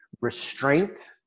Restraint